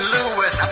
Lewis